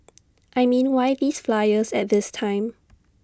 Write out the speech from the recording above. I mean why these flyers at this time